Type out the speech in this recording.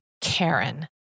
Karen